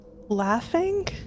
Laughing